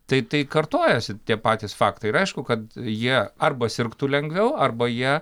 tai tai kartojasi tie patys faktai ir aišku kad jie arba sirgtų lengviau arba jie